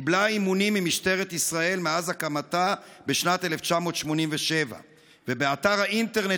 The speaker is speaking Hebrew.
קיבלה אימונים ממשטרת ישראל מאז הקמתה בשנת 1987. באתר האינטרנט